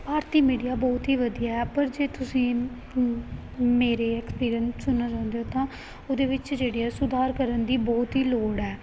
ਭਾਰਤੀ media ਬਹੁਤ ਹੀ ਵਧੀਆ ਹੈ ਪਰ ਜੇ ਤੁਸੀਂ ਮੇਰੇ ਐਕਸਪੀਰੰਸ ਸੁਣਨਾ ਚਾਹੁੰਦੇ ਹੋ ਤਾਂ ਉਹਦੇ ਵਿੱਚ ਜਿਹੜੀ ਆ ਸੁਧਾਰ ਕਰਨ ਦੀ ਬਹੁਤ ਹੀ ਲੋੜ ਹੈ